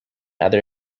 other